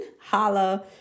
Holla